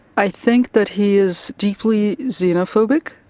i think that he is deeply xenophobic.